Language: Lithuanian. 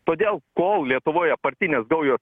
todėl kol lietuvoje partinės gaujos